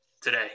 today